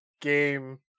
game